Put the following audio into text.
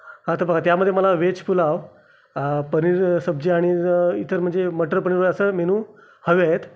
हा तर बघा त्यामध्ये मला व्हेज पुलाव पनीर सब्जी आणि इतर म्हणजे मटर पनीर असं मेनू हवे आहेत